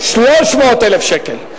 300,000 שקל.